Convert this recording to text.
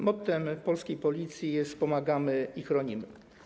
Mottem polskiej policji jest: Pomagamy i chronimy.